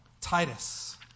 Titus